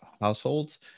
households